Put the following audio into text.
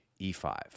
e5